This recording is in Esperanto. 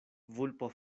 vulpo